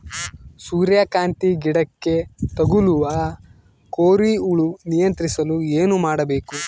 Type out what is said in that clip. ಸೂರ್ಯಕಾಂತಿ ಗಿಡಕ್ಕೆ ತಗುಲುವ ಕೋರಿ ಹುಳು ನಿಯಂತ್ರಿಸಲು ಏನು ಮಾಡಬೇಕು?